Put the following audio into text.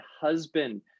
husband